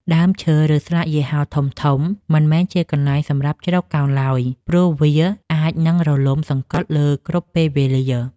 ដើមឈើ ឬស្លាកយីហោធំៗមិនមែនជាកន្លែងសម្រាប់ជ្រកកោនឡើយ ព្រោះវាអាចនឹងរលំសង្កត់លើគ្រប់ពេលវេលា។